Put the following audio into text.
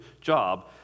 job